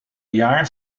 jaar